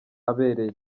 abereye